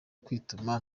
kwituma